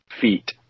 feet